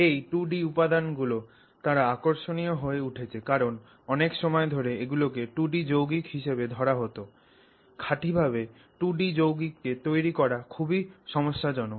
এই 2 ডি উপাদান গুলো তারা আকর্ষণীয় হয়ে উঠেছে কারণ অনেক সময় ধরে এগুলো কে 2 ডি যৌগিক হিসেবে ধরা হোতো খাঁটিভাবে 2 ডি যৌগিক কে তৈরি করা খুবই সমস্যাজনক